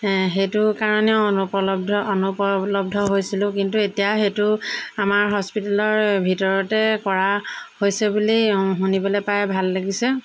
সেইটো কাৰণে অনুপলব্ধ অনুপলব্ধ হৈছিলোঁ কিন্তু এতিয়া সেইটো আমাৰ হস্পিটেলৰ ভিতৰতে কৰা হৈছে বুলি শুনিবলৈ পাই ভাল লাগিছে